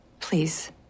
please